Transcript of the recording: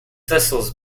thistles